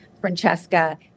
Francesca